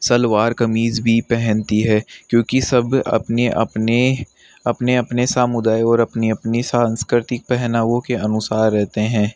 सलवार कमीज भी पहनती है क्योंकि सब अपने अपने अपने अपने समुदाय और अपनी अपनी सांस्कृतिक पहनावों के अनुसार रहते हैं